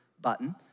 button